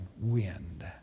wind